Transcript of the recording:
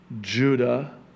Judah